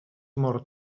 mor